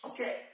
Okay